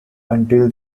until